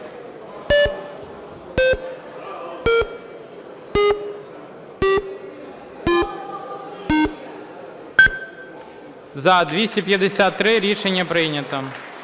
За-257 Рішення прийнято.